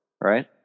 right